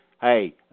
hey